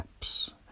apps